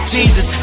Jesus